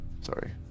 Sorry